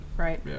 Right